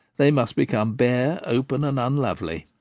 they must become bare, open, and unlovely.